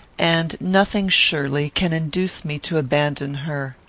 and nothing, surely, can induce me to abandon her.